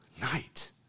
night